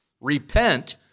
Repent